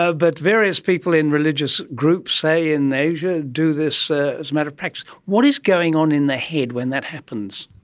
ah but various people in religious groups, say in asia, do this ah as a matter of practice. what is going on in the head when that happens?